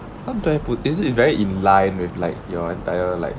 how do I put thi~ is it very in line with like your entire like